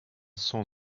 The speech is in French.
cent